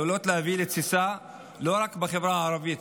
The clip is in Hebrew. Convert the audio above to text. עלולות להביא לתסיסה לא רק בחברה הערבית